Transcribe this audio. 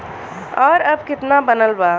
और अब कितना बनल बा?